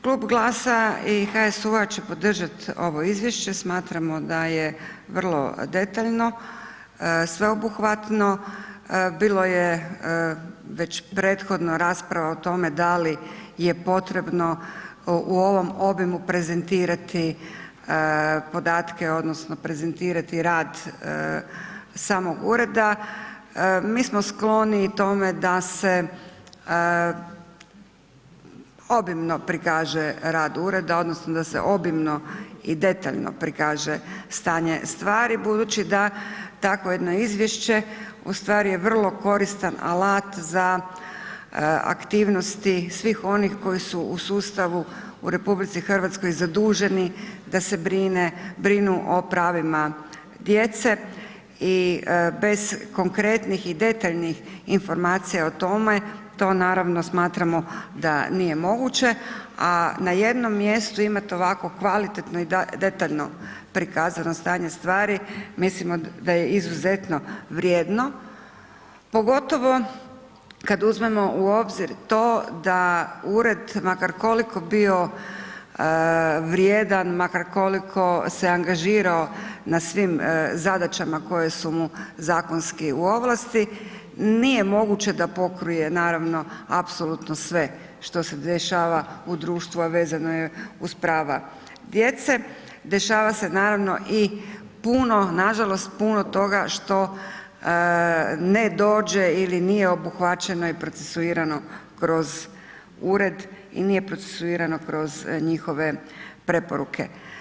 Klub GLAS-a i HSU-u će podržati ovo izvješće, smatramo da je vrlo detaljno, sveobuhvatno, bilo je već prethodno rasprava o tome da li je potrebno u ovom obimu prezentirati podatke odnosno prezentirati rad samo ureda, mi smo skloni tome da se obimno prikaže rad ured odnosno da se obimno i detalje prikaže stanje stvari budući da takvo jedno izvješće ustvari je vrlo koristan alat za aktivnosti svih onih koji su u sustavu u RH zaduženi da se brinu o pravima djece i bez konkretnih i detaljnih informacija o tome, to naravno smatramo da nije moguće a na jednom mjestu imate ovako kvalitetno i detaljno prikazano stanje stvari, mislimo da je izuzetno vrijedno, pogotovo kad uzmemo u obzir to da ured makar koliko bio vrijedan, makar koliko se angažirao na svim zadaćama koje su mu zakonski u ovlasti, nije moguće da pokrije naravno apsolutno sve što se dešava u društvu a vezano je uz prava djece, dešava se naravno i puno, nažalost puno toga što ne dođe ili nije obuhvaćeno i procesuirano kroz ured i nije procesuirano kroz njihove preporuke.